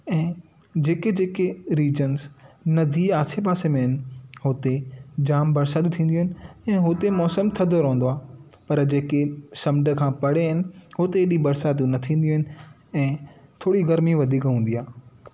ऐं जेके जेके रीजंस नदी आसे पासे में आहिनि हुते जाम बरसातूं थींदियूं आहिनि ऐं हुते मौसमु थधो रहंदो आहे पर जेकी समुंड खां परे आहिनि हुते हेॾी बरसातूं न थींदियूं आहिनि ऐं थोरी गर्मी वधीक हूंदी आहे